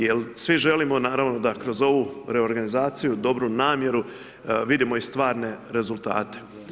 Jer svi želimo naravno da kroz ovu reorganizaciju dobru namjeru vidimo i stvarne rezultate.